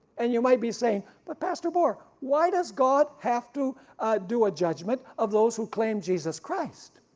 and you might be saying but pastor bohr why does god have to do a judgment of those who claim jesus christ?